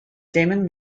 damon